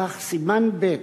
כך, סימן ב'